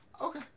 Okay